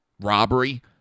Robbery